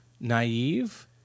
naive